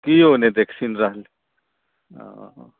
केओ नहि देख सुनि रहलखिन ओ होऽ